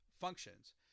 functions